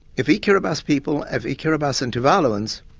if the kiribati people, and the kiribati and tuvaluans,